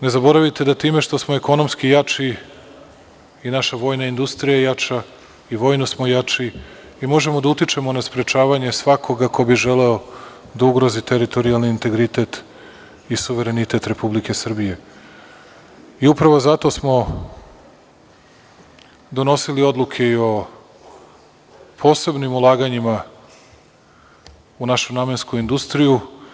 Ne zaboravite da time što smo ekonomski jači i naša vojna industrija je jača i vojno smo jači i možemo da utičemo na sprečavanje svakoga ko bi želeo da ugrozi teritorijalni integritet i suverenitet Republike Srbije i upravo zato smo donosili odluke i o posebnim ulaganjima u našu namensku industriju.